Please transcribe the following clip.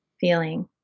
feeling